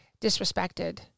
disrespected